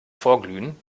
vorglühen